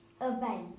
event